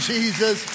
Jesus